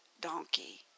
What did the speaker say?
donkey